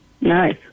Nice